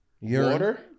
Water